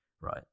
right